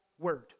word